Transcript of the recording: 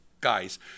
Guys